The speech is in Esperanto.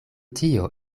tio